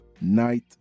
Night